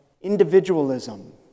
individualism